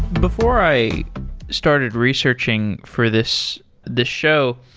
before i started researching for this this show,